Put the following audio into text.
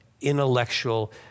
intellectual